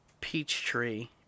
Peachtree